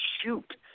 shoot